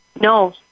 no